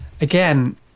again